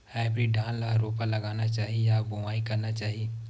Hybrid धान ल रोपा लगाना चाही या बोआई करना चाही?